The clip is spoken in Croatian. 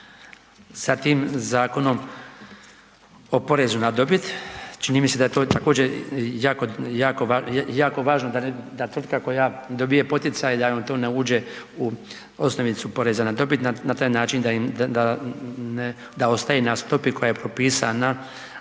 sa tim Zakonom o porezu na dobit, čini mi se da je to također jako važno, tvrtka koja dobije poticaj, da joj to ne uđe u osnovicu poreza na dobit na taj način da ostaje na stopi koja je propisana